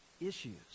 issues